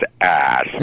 ass